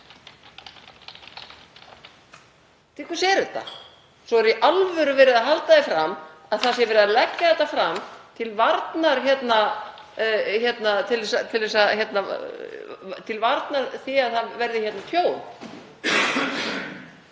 Til hvers er þetta? Svo er í alvöru verið að halda því fram að það sé verið að leggja þetta fram til varnar því að það verði tjón.